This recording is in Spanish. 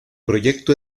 proyecto